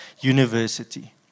university